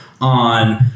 on